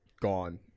gone